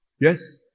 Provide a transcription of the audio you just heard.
Yes